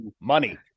money